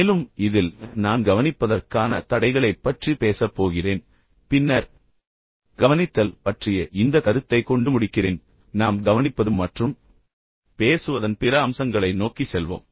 மேலும் இதில் நான் கவனிப்பதற்கான தடைகளைப் பற்றி பேசப் போகிறேன் பின்னர் கவனித்தல் பற்றிய இந்த கருத்தை கொண்டு முடிக்கிறேன் பின்னர் நாம் கவனிப்பது மற்றும் பேசுவதன் பிற அம்சங்களை நோக்கி செல்வோம்